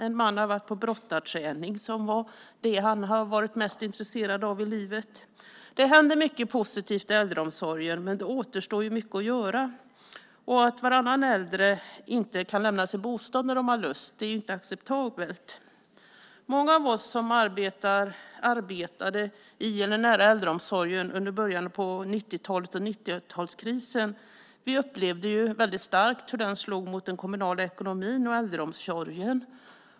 En man har varit på brottarträning - det var det som han hade varit mest intresserad av i livet. Det händer mycket positivt i äldreomsorgen, men det återstår mycket att göra. Och att varannan äldre inte kan lämna sin bostad när de har lust är inte acceptabelt. Många av oss som arbetade i eller nära äldreomsorgen under början av 90-talet och under 90-talskrisen upplevde väldigt starkt hur krisen slog mot den kommunala ekonomin och äldreomsorgen.